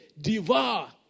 devour